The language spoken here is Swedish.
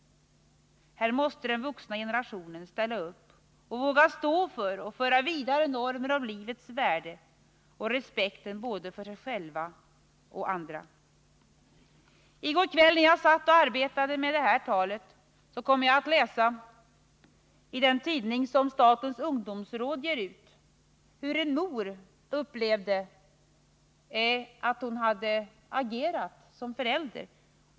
Här måste den vuxna generationen ställa upp och våga stå för och föra vidare normer om livets värde och respekten både för sig själv och för andra. I går kväll när jag satt och arbetade med det här talet kom jag att läsa i den tidning som statens ungdomsråd ger ut hur en mor upplevde att hon hade agerat som förälder.